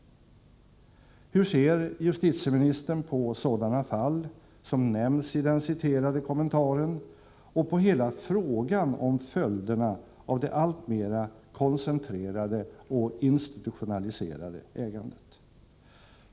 Hur ser justitieministern på sådana fall som nämns i den citerade kommentaren och på hela frågan om följderna av det alltmera koncentrerade och institutionaliserade ägandet?